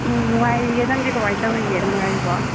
ꯎꯝ ꯅꯨꯡꯉꯥꯏꯔꯤꯌꯦ ꯅꯪꯗꯤ ꯀꯃꯥꯏꯅ ꯇꯧꯔꯤꯒꯦ ꯅꯨꯡꯉꯥꯏꯔꯤꯕꯣ